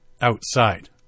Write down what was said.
outside